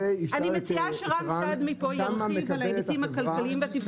אני מציעה שרן שדמי פה ירחיב על ההיבטים הכלכליים והתפעוליים.